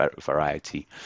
variety